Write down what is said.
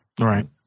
Right